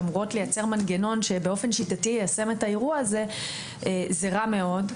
שאמורות לייצר מנגנון שיישם את האירוע הזה באופן שיטתי זה רע מאוד.